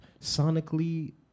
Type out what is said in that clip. sonically